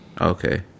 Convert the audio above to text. Okay